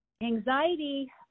Anxiety